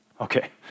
Okay